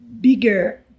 bigger